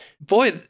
boy